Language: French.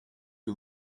que